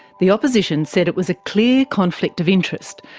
the opposition said it was a clear conflict of interest,